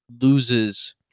loses